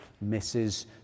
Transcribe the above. misses